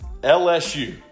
LSU